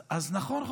נכון,